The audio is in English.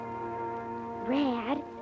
Rad